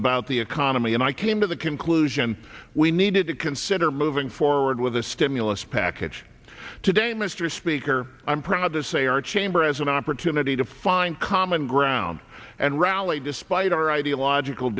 about the economy and i came to the conclusion we needed to consider moving forward with the stimulus package today mr speaker i'm proud to say our chamber has an opportunity to find common ground and rally despite our ideological